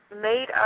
made